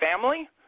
family